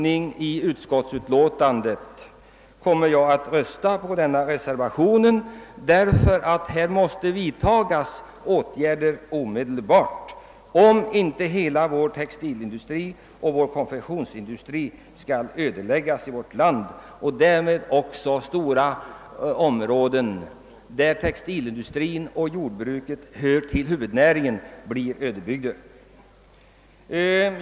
nen kommer jag emellertid att rösta med den. Åtgärder måste nämligen omedelbart vidtas om inte hela vår textiloch konfektionsindustri skall försvinna och stora områden, där textilindustrin och jordbruket är huvudnäringar, ödeläggas.